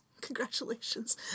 congratulations